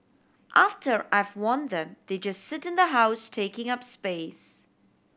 after I've worn them they just sit in the house taking up space